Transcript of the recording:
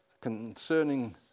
concerning